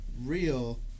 real